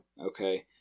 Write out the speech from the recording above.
okay